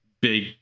big